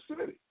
city